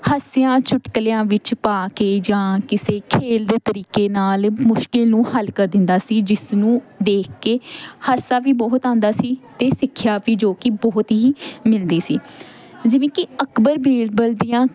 ਹਾਸਿਆਂ ਚੁਟਕਲਿਆਂ ਵਿੱਚ ਪਾ ਕੇ ਜਾਂ ਕਿਸੇ ਖੇਡ ਦੇ ਤਰੀਕੇ ਨਾਲ ਮੁਸ਼ਕਲ ਨੂੰ ਹੱਲ ਕਰ ਦਿੰਦਾ ਸੀ ਜਿਸ ਨੂੰ ਦੇਖ ਕੇ ਹਾਸਾ ਵੀ ਬਹੁਤ ਆਉਂਦਾ ਸੀ ਅਤੇ ਸਿੱਖਿਆ ਵੀ ਜੋ ਕਿ ਬਹੁਤ ਹੀ ਮਿਲਦੀ ਸੀ ਜਿਵੇਂ ਕਿ ਅਕਬਰ ਬੀਰਬਲ ਦੀਆਂ